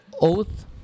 oath